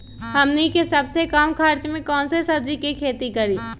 हमनी के सबसे कम खर्च में कौन से सब्जी के खेती करी?